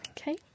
Okay